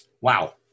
Wow